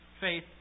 faith